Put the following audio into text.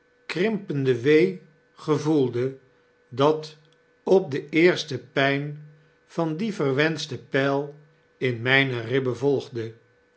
krimpende wee gevoelde datop de eerste pyn van dien verwenschten pijl in mijne ribben volgde